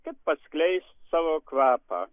kad paskleist savo kvapą